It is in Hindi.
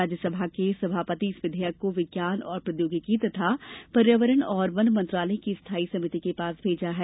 राज्य सभा के सभापति इस विधेयक को विज्ञान और प्रौद्योगिकी तथा पर्यावरण और वन मंत्रालय की स्थायी समिति के पास भेजा है